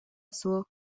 суох